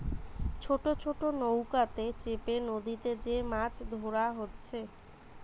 ছোট ছোট নৌকাতে চেপে নদীতে যে মাছ ধোরা হচ্ছে